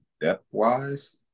depth-wise